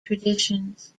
traditions